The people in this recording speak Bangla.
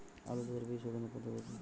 আলু চাষের বীজ সোধনের পদ্ধতি কি?